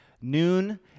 noon